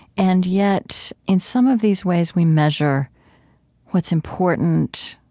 and yet, in some of these ways we measure what's important,